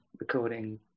recording